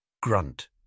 Grunt